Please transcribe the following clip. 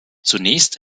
zunächst